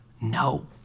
No